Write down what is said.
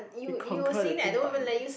you conquer the thing by